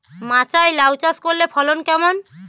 মাচায় লাউ চাষ করলে ফলন কেমন?